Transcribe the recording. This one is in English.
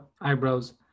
eyebrows